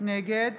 נגד